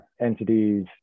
entities